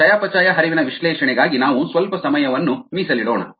ಚಯಾಪಚಯ ಹರಿವಿನ ವಿಶ್ಲೇಷಣೆಗಾಗಿ ನಾವು ಸ್ವಲ್ಪ ಸಮಯವನ್ನು ಮೀಸಲಿಡೋಣ